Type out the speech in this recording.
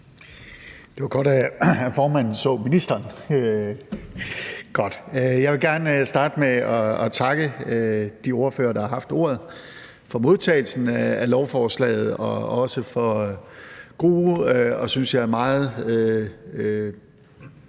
Det var godt, at formanden så ministeren. Jeg vil gerne starte med at takke de ordførere, der har haft ordet, for modtagelsen af lovforslaget, og jeg vil også takke for gode